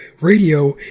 radio